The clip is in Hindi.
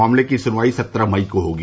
मामले की सुनवाई सत्रह मई को होगी